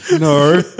No